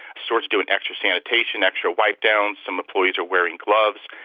sort of doing extra sanitation, extra wipe-downs. some employees are wearing gloves.